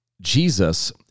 Jesus